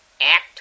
Act